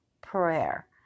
prayer